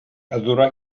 adorar